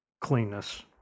cleanness